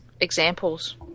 examples